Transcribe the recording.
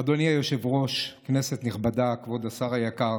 אדוני היושב-ראש, כנסת נכבדה, כבוד השר היקר,